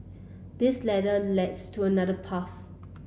this ladder lets to another path